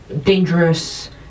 dangerous